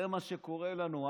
זה מה שקורה לנו.